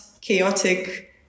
chaotic